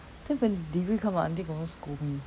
then when the delivery come ah auntie confirm scold me